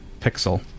pixel